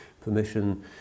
permission